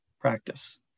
practice